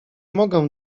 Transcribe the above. mogę